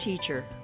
Teacher